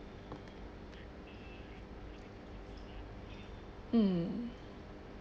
mm